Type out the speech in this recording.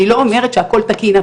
אני לא אומרת שהכול תקין,